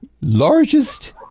largest